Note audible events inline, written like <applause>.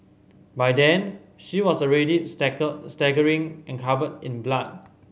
by then she was already <unintelligible> staggering and covered in blood